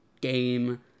game